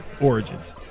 origins